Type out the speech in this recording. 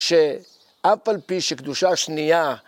‫שאף על פי שקדושה שנייה...